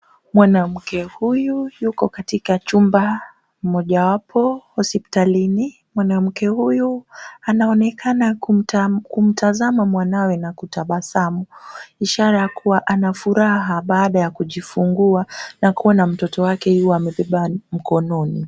Mwanamke huyu yuko katika chumba mojawapo hospitalini. Mwanamke huyu anaonekana kumtazama mwanawe na kutabasamu ishara ya kua anafuraha baada ya kujifungua na kua na mtoto wake yule amebeba mkononi.